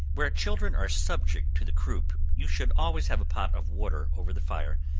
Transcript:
where children are subject to the croup, you should always have a pot of water over the fire,